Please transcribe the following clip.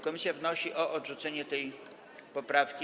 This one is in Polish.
Komisja wnosi o odrzucenie tej poprawki.